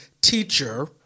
teacher